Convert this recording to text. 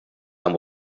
and